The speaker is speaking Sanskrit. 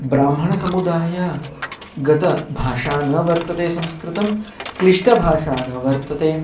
ब्राह्मणसमुदायस्य गतभाषा न वर्तते संस्कृतं क्लिष्टभाषा न वर्तते